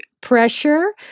Pressure